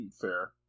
Fair